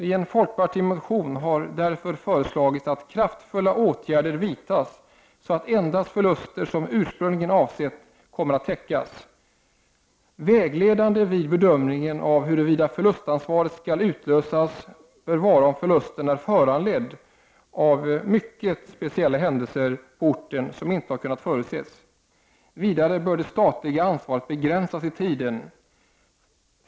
I en folkpartimotion har därför föreslagits att kraftfulla åtgärder skall vidtas så att endast sådana förluster som ursprungligen avsetts kommer att täckas. Vägledande vid bedömningen av huruvida förlustansvaret skall utlösas bör vara om förlusten är föranledd av mycket speciella händelser på orten som inte kunnat förutses. Vidare bör det statliga ansvaret begränsas i tiden.